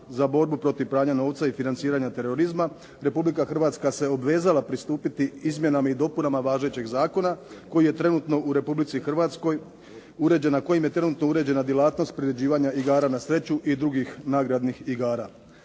za borbu protiv pranja novca i financiranja terorizma Republika Hrvatska se obvezala pristupiti izmjenama i dopunama važećeg zakona koji je trenutno u Republici Hrvatskoj uređen, na kojem je trenutno uređena djelatnost priređivanja igara na sreću i drugih nagradnih igara.